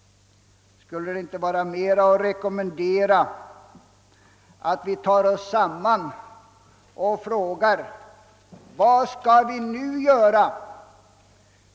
Skulle det inte vara mera att rekommendera att vi tog oss samman och frågade vad vi nu skall göra?